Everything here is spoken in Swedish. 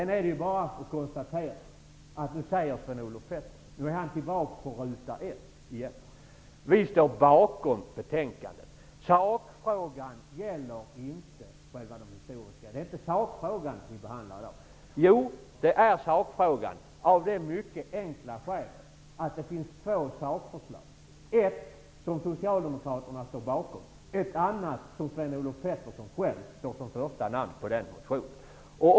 Nu är Sven-Olof Petersson tillbaka på ruta 1. Han säger: Vi står bakom betänkandet, och vi behandlar inte sakfrågan i dag. Jo, det är sakfrågan vi behandlar, av det mycket enkla skälet att det finns två sakförslag. Det ena är det förslag som Socialdemokraterna står bakom, och det andra är den motion där Sven-Olof Peterssons namn står först.